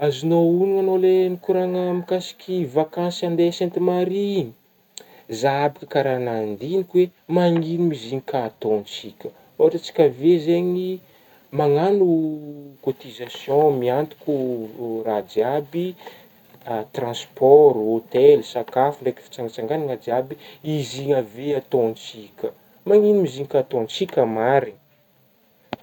Azognao honogna agnao le nikoragna mikasiky vakansy andeha Sainte Marie igny, zah aby ka raha nandiniky hoe manigno mo izy igny ka ataontsika, ôhatra hoe tsika avy eo zegny managno cotisation miantoko raha jiaby transport, hôthely, sakafo ndraiky firsangatsanganagna jiaby ,izy igny avy eo ataotsika, manigno mizy igny ka ataontsika marigny.